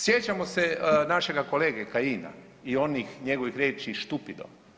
Sjećamo se našega kolege Kajina i onih njegovih riječi štupido.